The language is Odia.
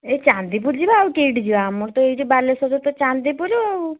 ଏଇ ଚାନ୍ଦିପୁର ଯିବା ଆଉ କେଇଟି ଯିବା ଆମର ତ ଏଇ ବାଲେଶ୍ଵରରେ ଚାନ୍ଦିପୁର ଆଉ